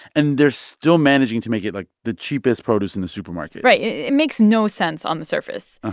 and they're still managing to make it, like, the cheapest produce in the supermarket right. yeah it makes no sense on the surface,